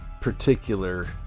particular